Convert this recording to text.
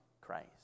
Christ